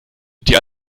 die